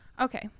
Okay